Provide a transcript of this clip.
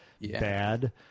bad